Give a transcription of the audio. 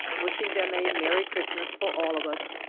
wishing them a merry christmas for all of us.